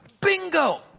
Bingo